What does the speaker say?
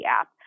app